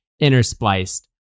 interspliced